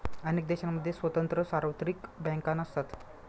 अनेक देशांमध्ये स्वतंत्र सार्वत्रिक बँका नसतात